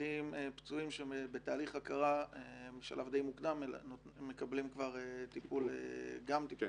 שפצועים שהם בתהליך הכרה בשלב די מוקדם מקבלים כבר גם טיפול פסיכולוגי.